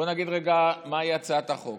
בוא נגיד מהי הצעת החוק.